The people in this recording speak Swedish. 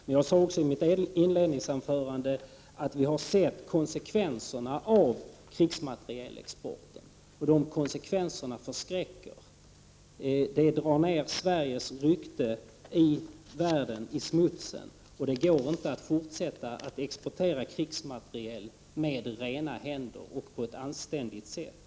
Men jag sade också i mitt inledningsanförande att vi har sett konsekvenserna av krigsmaterielexporten, och de konsekvenserna förskräcker. Vapenexporten drar ner Sveriges rykte i världen i smutsen. Det går inte att fortsätta att exportera krigsmateriel med rena händer och på ett anständigt sätt.